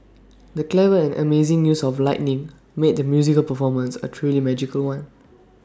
the clever and amazing use of lighting made the musical performance A truly magical one